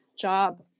job